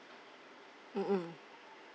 mm mm